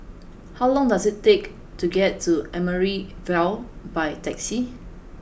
how long does it take to get to Amaryllis Ville by taxi